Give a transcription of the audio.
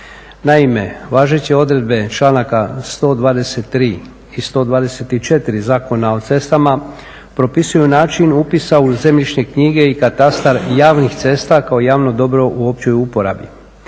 Naime, važeće odredbe članaka 123. i 124. Zakona o cestama propisuju način upisa u zemljišne knjige i katastar javnih cesta kao javno dobro u općoj uporabi